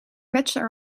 bachelor